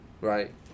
right